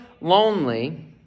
lonely